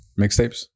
Mixtapes